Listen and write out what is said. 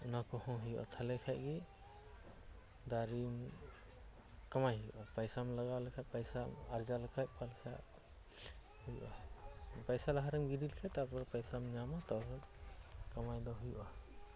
ᱚᱱᱟᱠᱚ ᱦᱚᱸ ᱦᱩᱭᱩᱜᱼᱟ ᱛᱟᱦᱞᱮ ᱠᱷᱟᱱᱜᱮ ᱫᱟᱨᱮᱢ ᱠᱟᱢᱟᱭ ᱦᱩᱭᱩᱜᱼᱟ ᱯᱟᱭᱥᱟᱢ ᱞᱟᱜᱟᱣ ᱞᱮᱠᱷᱟᱱ ᱯᱟᱭᱥᱟᱢ ᱟᱨᱡᱟᱣ ᱞᱮᱠᱷᱟᱱ ᱦᱩᱭᱩᱜᱼᱟ ᱯᱟᱭᱥᱟ ᱞᱟᱦᱟᱨᱮᱢ ᱜᱤᱰᱤ ᱞᱮᱠᱷᱟᱱ ᱛᱟᱯᱚᱨ ᱯᱟᱭᱥᱟᱢ ᱧᱟᱢᱟ ᱛᱟᱯᱚᱨ ᱠᱟᱢᱟᱭᱫᱚ ᱦᱩᱭᱩᱜᱼᱟ